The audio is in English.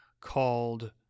called